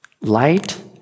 Light